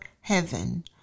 heaven